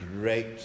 great